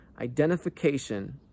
identification